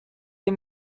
des